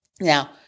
Now